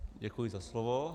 Děkuji za slovo.